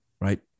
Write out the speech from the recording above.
right